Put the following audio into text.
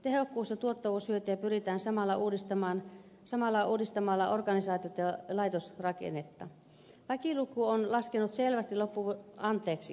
tehokkuus ja tuottavuushyötyjä pyritään saamaan uudistamalla organisaatiota ja laitosrakennetta väkiluku on laskenut selvästi loppuvuoden anteeksi